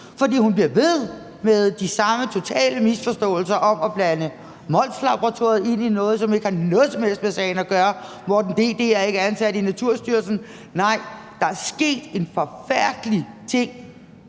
for hun bliver ved med at gentage de samme totale misforståelser, hvor hun blander Molslaboratoriet ind i noget, som ikke har noget som helst med sagen at gøre. Morten D.D. Hansen er ikke ansat i Naturstyrelsen. Nej, der er sket en forfærdelig ting